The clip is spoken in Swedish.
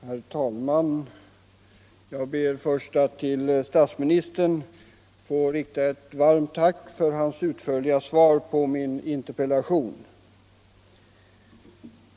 Herr talman! Jag ber att till statsministern få rikta ett varmt tack för hans utförliga svar på min interpellation om en ny ekonomisk världsordning.